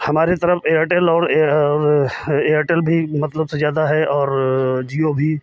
हमारे तरफ एयरटेल और और एयरटेल भी मतलब से ज़्यादा है और जिओ भी